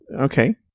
Okay